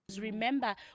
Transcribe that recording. remember